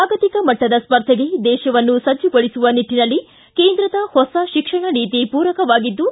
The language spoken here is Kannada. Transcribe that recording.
ಜಾಗತಿಕ ಮಟ್ಟದ ಸ್ಪರ್ಧೆಗೆ ದೇಶವನ್ನು ಸಜ್ನಗೊಳಿಸುವ ನಿಟ್ಟನಲ್ಲಿ ಕೇಂದ್ರದ ಹೊಸ ಶಿಕ್ಷಣ ನೀತಿ ಪೂರಕವಾಗಿದ್ದು